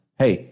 hey